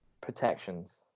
protections